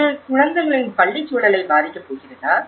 இது குழந்தைகளின் பள்ளிச் சூழலை பாதிக்கப் போகிறதா